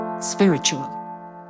Spiritual